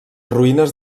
ruïnes